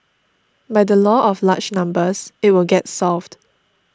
by the law of large numbers it will get solved